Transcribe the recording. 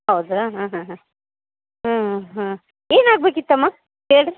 ಹೌದಾ ಹಾಂ ಹಾಂ ಹಾಂ ಹಾಂ ಹಾಂ ಏನಾಗಬೇಕಿತ್ತಮ್ಮ ಹೇಳ್ರಿ